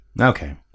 okay